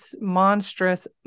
monstrous